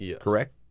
Correct